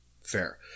Fair